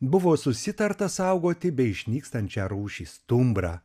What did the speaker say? buvo susitarta saugoti beišnykstančią rūšį stumbrą